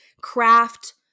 craft